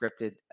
scripted